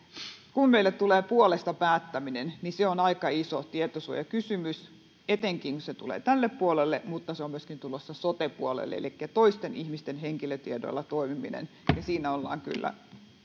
kun meille tulee puolesta päättäminen niin se on aika iso tietosuojakysymys etenkin jos se tulee tälle puolelle mutta se on tulossa myöskin sote puolelle elikkä toisten ihmisten henkilötiedoilla toimimisessa ollaan kyllä